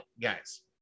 guys